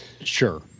sure